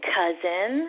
cousin